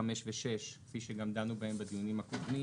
(5) ו-(6) כפי שגם דנו בהן בדיונים הקודמים,